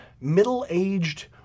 middle-aged